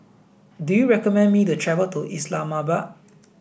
do you recommend me to travel to Islamabad